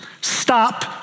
Stop